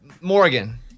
Morgan